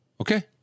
Okay